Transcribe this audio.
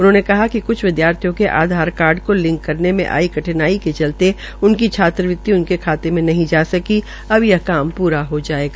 उन्होंने बताया कि कृछ विदयार्थियों को आधार कार्ड को लिंक करने में आई कठनाई के चलते उनकी छात्रवृति उनके खाते मे नहीं जा सकी अब यह कार्य पूरा हो जायेगा